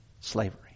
slavery